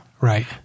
Right